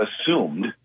assumed—